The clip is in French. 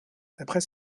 d’après